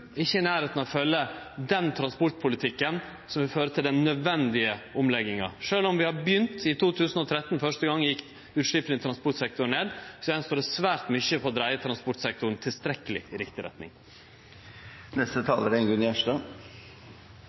sum ikkje er i nærleiken av å følgje den transportpolitikken som vil føre til den nødvendige omlegginga. Sjølv om vi har begynt – i 2013 gjekk utsleppa i transportsektoren for første gong ned – står det svært mykje att for å få dreidd transportsektoren tilstrekkeleg i riktig retning.